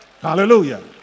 Hallelujah